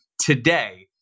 today